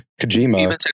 Kojima